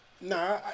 Nah